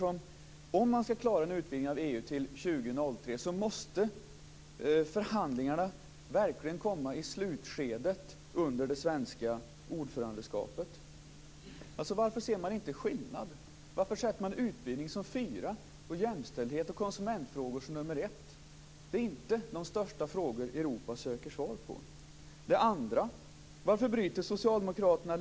Om man skall klara en utvidgning av EU till 2003 måste förhandlingarna verkligen komma i slutskedet under det svenska ordförandeskapet. Varför ser man inte skillnad? Varför sätter man utvidgning som fyra och jämställdhet och konsumentfrågor som nummer ett? Det är inte de största frågor Europa söker svar på. EU?